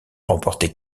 remporté